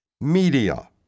Media